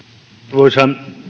arvoisa